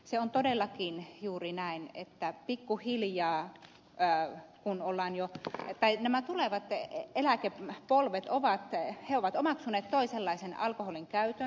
se on todellakin juuri näin että pikkuhiljaa päälle kun ollaan jo nämä tulevat eläkepolvet ovat omaksuneet toisenlaisen alkoholin käytön